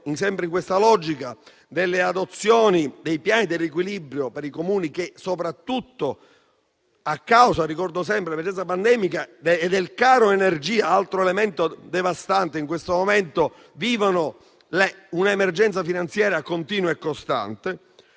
differimento delle adozioni dei piani di riequilibrio per i Comuni che, soprattutto a causa dell'emergenza pandemica e del caro energia (altro elemento devastante in questo momento), vivono un'emergenza finanziaria continua e costante.